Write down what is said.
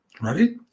Ready